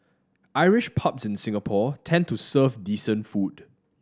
Irish pubs in Singapore tend to serve decent food